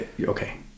okay